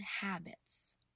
habits